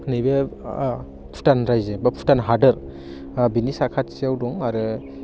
नै बे भुटान रायजो बा भुटान हादर बिनि साखाथियाव दं आरो